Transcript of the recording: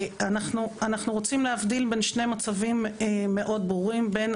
אנחנו רוצים להבדיל בין שני מצבים מאוד ברורים בין